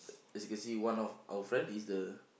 as you can see one of our friend is the